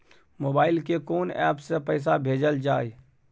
Mobile के कोन app से पैसा भेजल जाए?